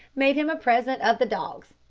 made him a present of the dogs.